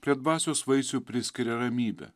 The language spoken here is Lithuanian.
prie dvasios vaisių priskiria ramybę